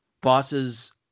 Bosses